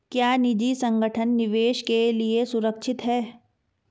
क्या निजी संगठन निवेश के लिए सुरक्षित हैं?